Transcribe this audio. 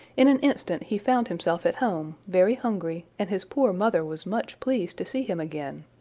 in an instant he found himself at home, very hungry, and his poor mother was much pleased to see him again.